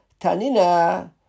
tanina